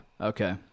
Okay